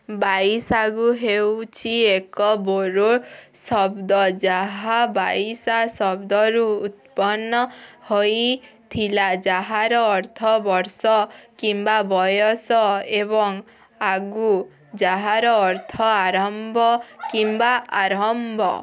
ବାଇସାଗୁ ହେଉଛି ଏକ ବୋରୋ ଶବ୍ଦ ଯାହା ବାଇସା ଶବ୍ଦରୁ ଉତ୍ପନ ହୋଇଥିଲା ଯାହାର ଅର୍ଥ ବର୍ଷ କିମ୍ବା ବୟସ ଏବଂ ଆଗୁ ଯାହାର ଅର୍ଥ ଆରମ୍ବ କିମ୍ବା ଆରମ୍ଭ